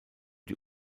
die